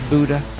Buddha